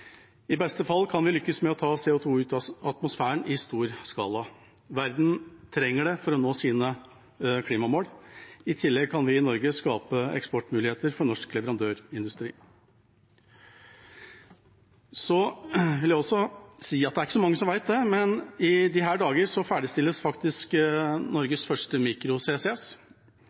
I beste fall kan vi lykkes med å ta CO 2 ut av atmosfæren i stor skala. Verden trenger det for å nå sine klimamål. I tillegg kan vi i Norge skape eksportmuligheter for norsk leverandørindustri. Så vil jeg også si at det ikke er så mange som vet det, men i disse dager ferdigstilles faktisk Norges første